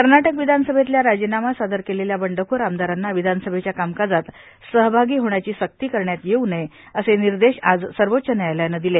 कर्नाटक विधानसभेतल्या राजीनामा सादर केलेल्या बंडखोर आमदारांना विधानसभेच्या कामकाजात सहभागी होण्याची सक्ती करण्यात येऊ नये असे निर्देश आज सर्वोच्च न्यायालयानं दिले